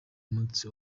manzi